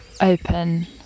open